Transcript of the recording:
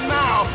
now